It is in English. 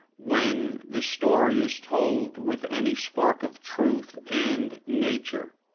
when the story is told with any spark of truth and nature!